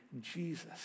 Jesus